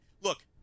Look